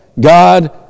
God